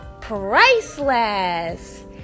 priceless